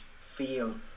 feel